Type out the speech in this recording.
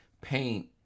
paint